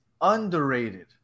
underrated